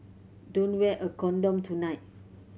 don't wear a condom tonight